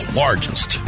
largest